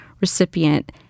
recipient